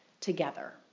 together